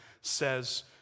says